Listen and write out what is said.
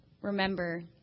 remember